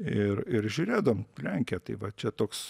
ir ir žiūrėdavom lenkiją tai va čia toks